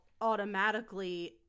automatically